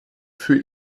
für